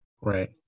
right